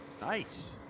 Nice